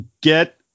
get